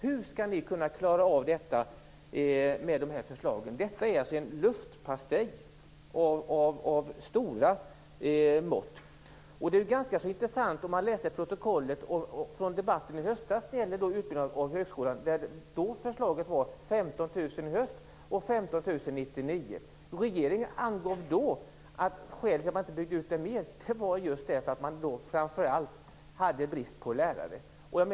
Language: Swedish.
Hur skall ni klara av detta med dessa förslag? Detta är en luftpastej av stora mått. Det är intressant att läsa protokollet från debatten i höstas om högskolan. Förslaget var då 15 000 till i höst och 15 000 för år 1999. Regeringen angav då att skälet till att det inte blev en större utbyggnad var framför allt en brist på lärare.